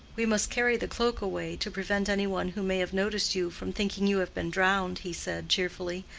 we must carry the cloak away, to prevent any one who may have noticed you from thinking you have been drowned, he said, cheerfully,